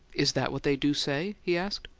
is that what they do say? he asked.